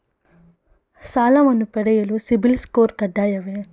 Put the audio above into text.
ಸಾಲವನ್ನು ಪಡೆಯಲು ಸಿಬಿಲ್ ಸ್ಕೋರ್ ಕಡ್ಡಾಯವೇ?